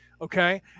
Okay